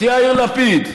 את יאיר לפיד,